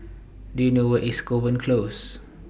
Do YOU know Where IS Kovan Close